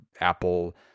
Apple